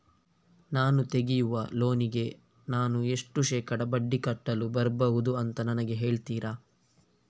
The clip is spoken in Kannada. ನಾನು ತೆಗಿಯುವ ಲೋನಿಗೆ ನಾನು ಎಷ್ಟು ಶೇಕಡಾ ಬಡ್ಡಿ ಕಟ್ಟಲು ಬರ್ಬಹುದು ಅಂತ ನನಗೆ ಹೇಳ್ತೀರಾ?